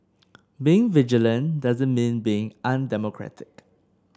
being vigilant doesn't mean being undemocratic